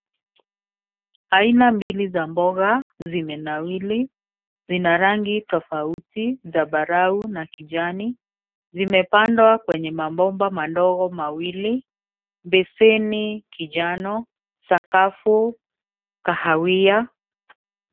Aina mbili ya mboga zimenawiri. Zina rangi tofauti, zambarau na kijani. Zimepandwa kwenye mabomba madogo mawili, beseni kinjano, sakafu kahawia.